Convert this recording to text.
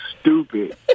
stupid